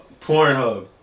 Pornhub